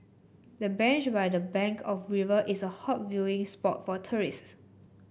the bench by the bank of river is a hot viewing spot for tourists